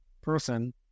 person